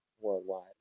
worldwide